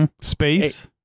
Space